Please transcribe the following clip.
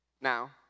Now